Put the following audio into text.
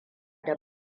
da